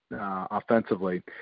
offensively